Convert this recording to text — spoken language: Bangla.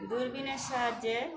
দূরবীনের সাহায্যে